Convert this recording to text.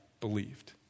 believed